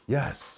Yes